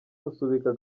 gusubika